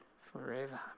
forever